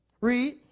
Read